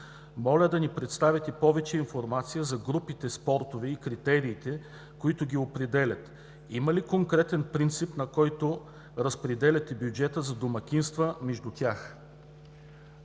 Моля да ни представите повече информация за групите спортове и критериите, които ги определят. Има ли конкретен принцип, на който разпределяте бюджета за домакинства между тях?